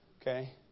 Okay